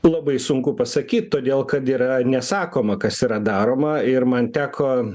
labai sunku pasakyt todėl kad yra nesakoma kas yra daroma ir man teko